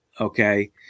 okay